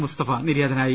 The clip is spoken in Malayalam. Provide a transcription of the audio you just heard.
മുസ്തഫ നിര്യാതനായി